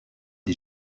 des